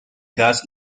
das